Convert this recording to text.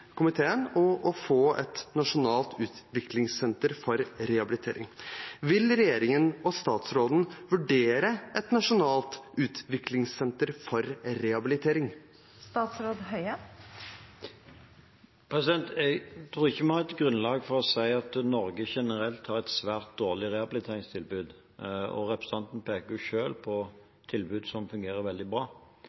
å få et nasjonalt utviklingssenter for rehabilitering. Vil regjeringen og statsråden vurdere et nasjonalt utviklingssenter for rehabilitering? Jeg tror ikke vi har grunnlag for å si at Norge generelt har et svært dårlig rehabiliteringstilbud. Representanten peker jo selv på tilbud som fungerer veldig bra.